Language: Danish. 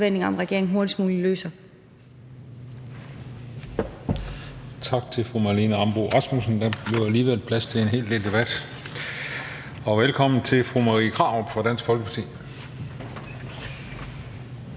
Tak til fru Marlene Ambo-Rasmussen. Der blev alligevel plads til en hel del debat. Og velkommen til fru Marie Krarup fra Dansk Folkeparti.